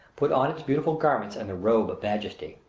put on its beautiful garments and the robe of majesty.